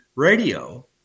radio